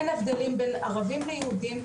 אין הבדלים בין ערבים ליהודים,